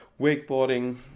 wakeboarding